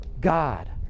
God